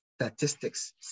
Statistics